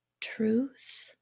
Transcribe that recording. truth